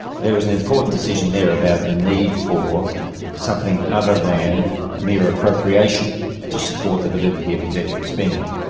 there was an important decision there about the need for something other than a mere appropriation to support the validity of executive spending.